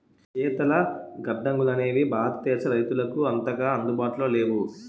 శీతల గడ్డంగులనేవి భారతదేశ రైతులకు అంతగా అందుబాటులో లేవు